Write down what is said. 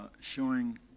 Showing